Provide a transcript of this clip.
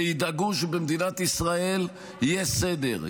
וידאגו שבמדינת ישראל יהיה סדר.